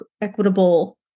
equitable